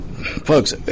Folks